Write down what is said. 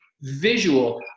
visual